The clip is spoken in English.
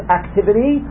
activity